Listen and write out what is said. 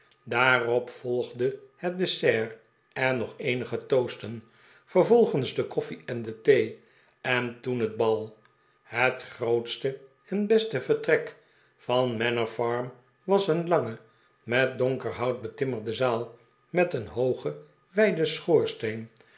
daarop volgden het dessert en nog eenige toasten vervolgens de koffie en de thee en toen het bal het grootste en beste vertrek van manor farm was een lange met donker hout betimmerde zaal met een hoogen wijden schoorsteen